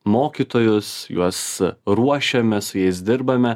mokytojus juos ruošiame su jais dirbame